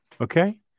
okay